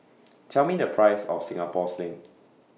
Tell Me The Price of Singapore Sling